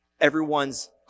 everyone's